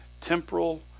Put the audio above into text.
temporal